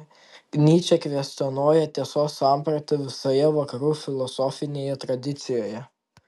nyčė kvestionuoja tiesos sampratą visoje vakarų filosofinėje tradicijoje